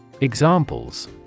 Examples